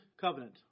covenant